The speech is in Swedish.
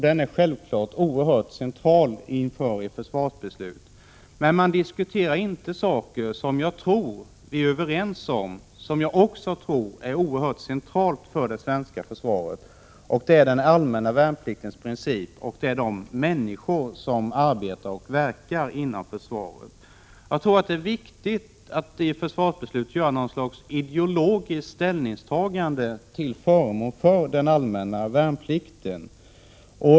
Den är självklart oerhört central inför ett försvarsbeslut, men man diskuterar inte saker som jag tror att vi är överens om också är väldigt centrala för det svenska försvaret, nämligen den allmänna värnpliktens princip och de människor som arbetar och verkar inom försvaret. Det är viktigt att i ett försvarsbeslut göra något slags ideologiskt ställningstagande till förmån för den allmänna värnplikten.